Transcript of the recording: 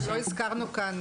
אחד הדברים שלא הזכרנו כאן,